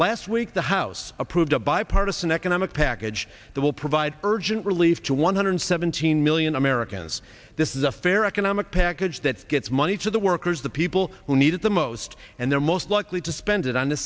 last week the house approved a bipartisan economic package that will provide urgent relief to one hundred seventeen million americans this is a fair economic package that gets money to the workers the people who need it the most and they're most likely to spend it on the